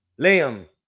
Liam